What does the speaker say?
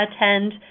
attend